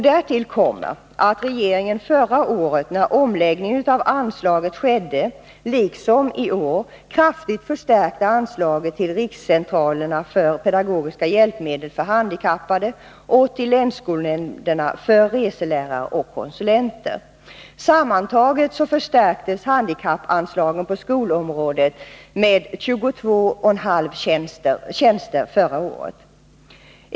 Därtill kommer att regeringen förra året, när omläggningen av anslaget skedde, liksom i år kraftigt förstärkt anslaget till rikscentralerna för pedagogiska hjälpmedel för handikappade och till länsskolnämnderna för reselärare och konsulenter. Sammantaget förstärktes handikappanslaget på skolområdet med 22,5 tjänster förra året.